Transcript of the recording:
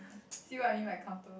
see what I mean by comfortable